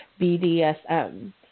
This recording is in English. BDSM